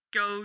go